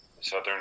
Southern